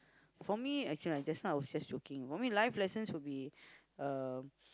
for me actually uh just now I was just joking for me life lessons would be uh